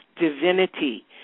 divinity